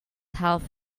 half